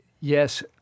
Yes